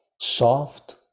soft